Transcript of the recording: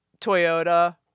Toyota